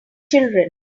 children